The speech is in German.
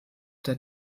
der